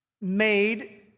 made